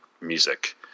music